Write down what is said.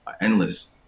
endless